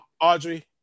Audrey